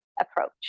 approach